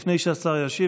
לפני שהשר ישיב,